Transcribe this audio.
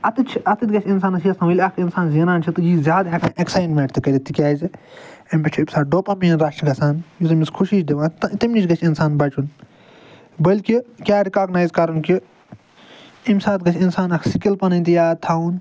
اَتٮ۪تھ چھِ اَتٮ۪تھ گَژھِ اِنسانس ہٮ۪س تھاوُن ییٚلہِ اکھ اِنسان زینان چھِ تہٕ یہِ چھِنہٕ زیادٕ ہٮ۪کان اٮ۪کسایِنمٮ۪نٛٹ تہِ کٔرِتھ تِکیٛازِ اَمہِ پٮ۪ٹھ چھِ اَمہِ ساتہٕ ڈوٚپامیٖن رَش چھُ گَژھان یُس أمِس خوشی دِوان تہٕ تَمہِ نِش گَژھِ اِنسان بچُن بٔلکہِ کیٛاہ رِکاگنایِز کَرُن کہِ اَمہِ ساتہٕ گژھِ اِنسان اَکھ سِکِل پنٕنۍ تہِ یاد تھاوُن